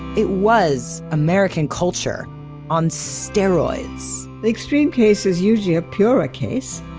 it was american culture on steroids the extreme case is usually a purer case.